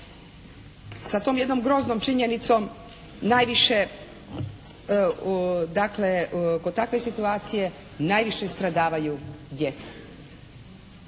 Sa tom jednom groznom činjenicom najviše, dakle kod takve situacije najviše stradavaju djeca.